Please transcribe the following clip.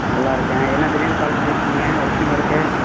நல்லா இருக்கேன் என்ன திடீர்னு கால் பண்ணிருக்கீங்க அதிசயமாக இருக்குது